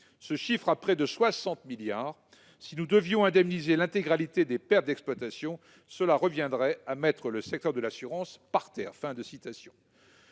se chiffrent à près de 60 milliards d'euros. Si nous devions indemniser l'intégralité des pertes d'exploitation, cela reviendrait à mettre le secteur de l'assurance à terre. »